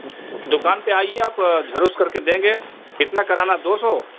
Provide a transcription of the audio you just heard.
दुकान पर आइए आप झरुस करके देंगे कितना करना है दो सौ